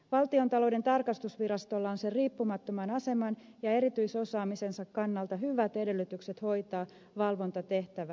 valtiontalouden tarkastusvirastolla on sen riippumattoman aseman ja erityisosaamisensa kannalta hyvät edellytykset hoitaa valvontatehtävää